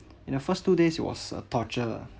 in the first two days it was a torture